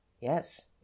Yes